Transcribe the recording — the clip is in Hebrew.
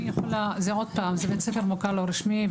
זה בית ספר מוכר לא רשמי.